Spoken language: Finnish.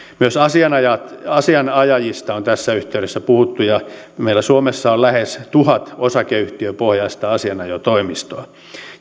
myös asianajajista on tässä yhteydessä puhuttu ja meillä suomessa on lähes tuhat osakeyhtiöpohjaista asianajotoimistoa